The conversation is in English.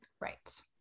Right